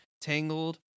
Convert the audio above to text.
Tangled